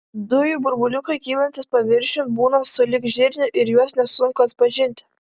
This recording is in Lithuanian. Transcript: dujų burbuliukai kylantys paviršiun būna sulig žirniu ir juos nesunku atpažinti